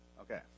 Okay